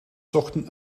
zochten